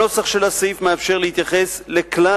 הנוסח של הסעיף מאפשר להתייחס לכלל